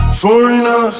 foreigner